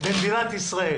במדינת ישראל